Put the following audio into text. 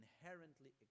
inherently